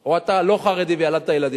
או אתה לא חרדי וילדת ילדים,